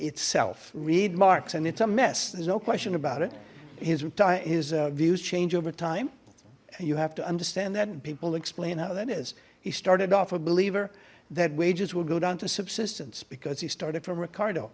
itself read marx and it's a mess there's no question about it his retire is views change over time you have to understand that and people explain how that is he started off a believer that wages will go down to subsistence because he started from ricardo